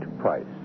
price